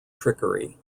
trickery